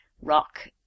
rock